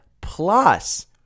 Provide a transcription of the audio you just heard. plus